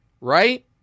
right